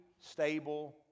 stable